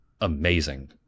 amazing